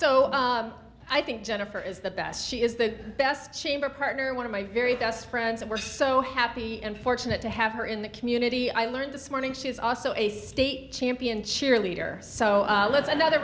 so i think jennifer is the best she is the best chamber partner one of my very best friends and we're so happy and fortunate to have her in the community i learned this morning she is also a state champion cheerleader so that's another